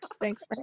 thanks